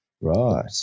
Right